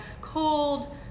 cold